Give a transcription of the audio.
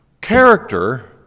character